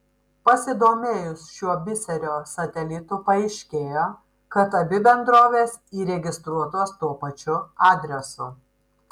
pasidomėjus šiuo biserio satelitu paaiškėjo kad abi bendrovės įregistruotos tuo pačiu adresu